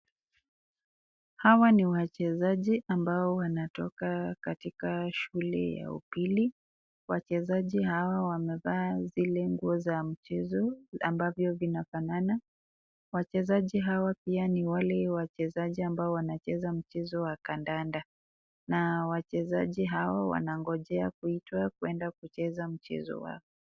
Hawa ni wachezaji ambao wanatoka katika shule ya upili. Wachezaji hawa wamevaa zile nguo za mchezo ambavyo vinafanana. Wachezaji hawa pia ni wale wachezaji ambao wanacheza mchezo wa kandanda na wachezaji hawa wanangojea kuitwa kwenda kucheza mchezo wao.